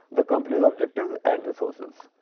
the company's objectives and resources.